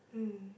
mm